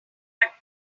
but